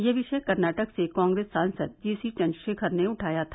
यह विषय कर्नाटक से कांप्रेस सांसद जी सी चन्द्रशेखर ने उठाया था